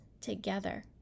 together